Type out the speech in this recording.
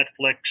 Netflix